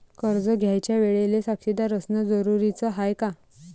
कर्ज घ्यायच्या वेळेले साक्षीदार असनं जरुरीच हाय का?